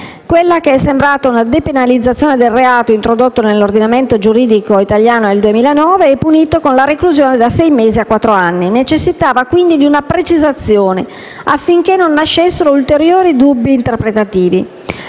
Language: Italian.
Quella che è sembrata una depenalizzazione del reato introdotto nell'ordinamento giuridico italiano nel 2009, punito con la reclusione da sei mesi a quattro anni, necessitava quindi di una precisazione affinché non nascessero ulteriori dubbi interpretativi.